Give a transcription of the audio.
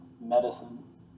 medicine